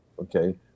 okay